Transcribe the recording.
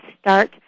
start